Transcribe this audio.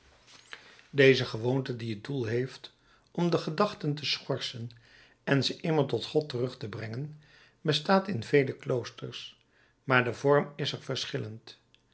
deze gewoonte die het doel heeft om de gedachten te schorsen en ze immer tot god terug te brengen bestaat in vele kloosters maar de vorm is er verschillend